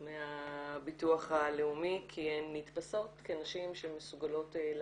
מהביטוח הלאומי כי הן נתפסות כנשים שמסוגלות לעבוד.